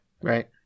Right